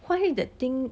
why that thing